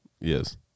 Yes